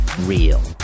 Real